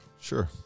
Sure